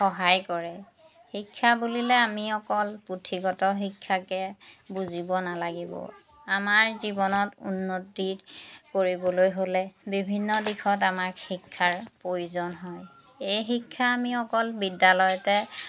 সহায় কৰে শিক্ষা বুলিলে আমি অকল পুথিগত শিক্ষাকে বুজিব নালাগিব আমাৰ জীৱনত উন্নতি কৰিবলৈ হ'লে বিভিন্ন দিশত আমাক শিক্ষাৰ প্ৰয়োজন হয় এই শিক্ষা আমি অকল বিদ্যালয়তে